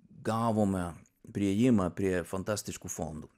gavome priėjimą prie fantastiškų fondų